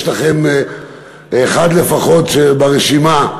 יש לכם אחד לפחות ברשימה,